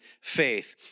faith